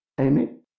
Amen